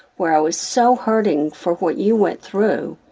where i was so hurting for what you went through,